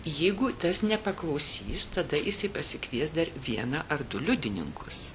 jeigu tas nepaklausys tada jisai pasikvies dar vieną ar du liudininkus